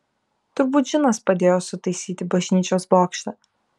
turbūt džinas padėjo sutaisyti bažnyčios bokštą